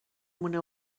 مونه